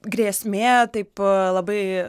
grėsmė taip labai